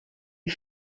est